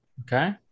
Okay